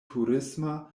turisma